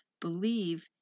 Believe